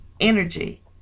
energy